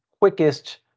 quickest